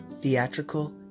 theatrical